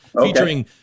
featuring